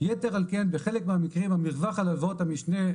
יתר על כן בחלק מהמקרים המרווח על הלוואות המשנה,